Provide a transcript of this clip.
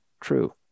true